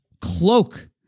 cloak